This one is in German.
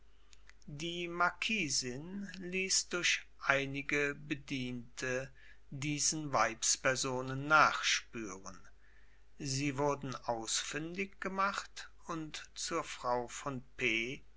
die marquisin ließ durch einige bediente diesen weibspersonen nachspüren sie wurden ausfündig gemacht und zur frau von p